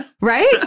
Right